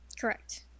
correct